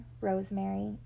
rosemary